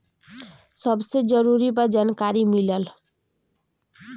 सबसे जरूरी बा जानकारी मिलल